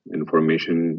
information